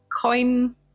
coin